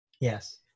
Yes